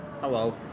hello